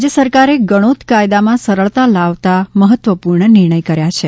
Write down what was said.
રાજ્ય સરકારે ગણીત કાયદામાં સરળતા લાવતા મહત્વપૂર્ણ નિર્ણય કર્યા છે